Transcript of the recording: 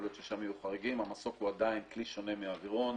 יכול להיות ששם יהיו חריגים - המסוק הוא עדיין כלי שונה מאווירון,